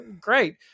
great